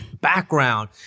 background